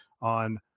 on